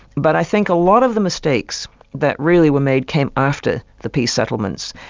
but i think a lot of the mistakes that really were made, came after the peace settlements,